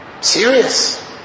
Serious